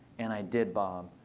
and i did bomb.